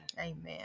Amen